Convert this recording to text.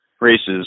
races